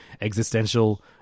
existential